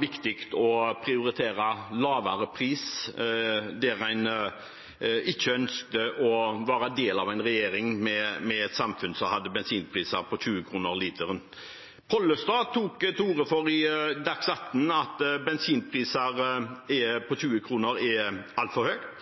viktig å prioritere lavere pris, og en ønsket ikke å være en del av en regjering med et samfunn der bensinprisen var på 20 kr literen. Pollestad tok i Dagsnytt 18 til orde for at en bensinpris på 20 kr er altfor